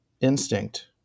instinct